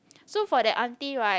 so for that auntie right